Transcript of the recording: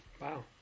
Wow